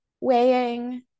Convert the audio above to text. weighing